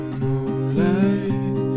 moonlight